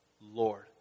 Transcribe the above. Lord